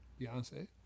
Beyonce